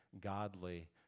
godly